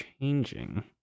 changing